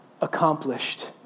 accomplished